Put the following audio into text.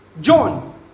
John